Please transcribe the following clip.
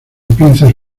pinzas